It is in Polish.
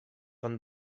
pan